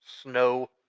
snow